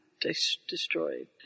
destroyed